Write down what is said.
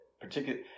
particular